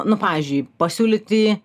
nu pavyzdžiui pasiūlyti